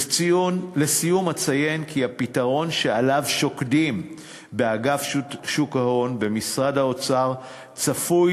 לסיום אציין כי הפתרון שעליו שוקדים באגף שוק ההון במשרד האוצר צפוי